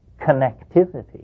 connectivity